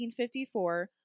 1954